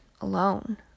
alone